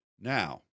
Now